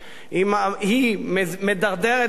היא מדרדרת עוד יותר,